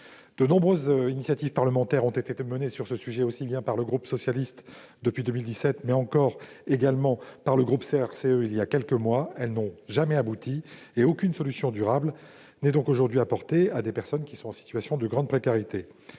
de nombreuses initiatives parlementaires ont été menées sur ce sujet, aussi bien par le groupe socialiste, depuis 2017, que par le groupe CRCE il y a quelques mois, elles n'ont jamais abouti, si bien qu'aucune solution durable n'est aujourd'hui apportée aux personnes qui se trouvent dans une situation de grande précarité.